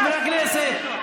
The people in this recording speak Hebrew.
חברי הכנסת.